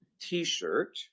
t-shirt